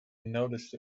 noticed